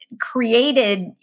created